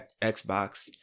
xbox